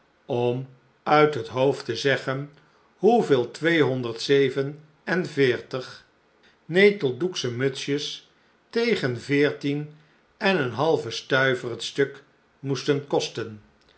om uit het hoofd te zeggen hoeveel tweehonderd zeven en veertig neteldoeksche mutsjes tegen veertien en een halven stuiver het stuk moesten kosten